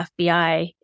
FBI